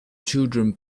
children